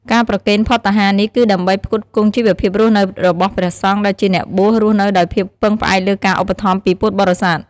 ការប្រគេនភត្តាហារនេះ គឺដើម្បីផ្គត់ផ្គង់ជីវភាពរស់នៅរបស់ព្រះសង្ឃ ដែលជាអ្នកបួស រស់នៅដោយការពឹងផ្អែកលើការឧបត្ថម្ភពីពុទ្ធបរិស័ទ។